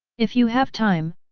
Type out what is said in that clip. if you have time,